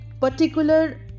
particular